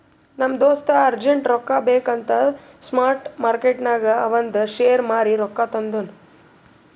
ನಮ್ ದೋಸ್ತ ಅರ್ಜೆಂಟ್ ರೊಕ್ಕಾ ಬೇಕ್ ಅಂತ್ ಸ್ಪಾಟ್ ಮಾರ್ಕೆಟ್ನಾಗ್ ಅವಂದ್ ಶೇರ್ ಮಾರೀ ರೊಕ್ಕಾ ತಂದುನ್